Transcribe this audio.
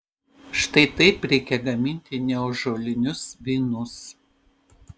štai taip reikia gaminti neąžuolinius vynus